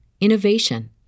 innovation